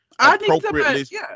appropriately